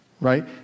Right